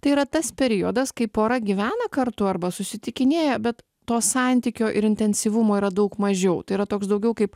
tai yra tas periodas kai pora gyvena kartu arba susitikinėja bet to santykio ir intensyvumo yra daug mažiau tai yra toks daugiau kaip